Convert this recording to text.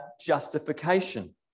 justification